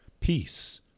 peace